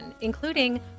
including